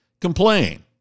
complain